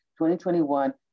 2021